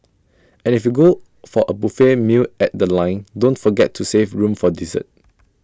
and if you go for A buffet meal at The Line don't forget to save room for dessert